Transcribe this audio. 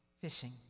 fishing